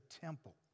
temple